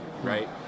Right